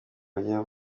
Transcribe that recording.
ajya